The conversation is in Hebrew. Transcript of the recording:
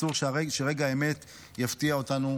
אסור שרגע האמת יפתיע אותנו,